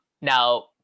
Now